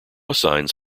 assigns